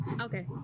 okay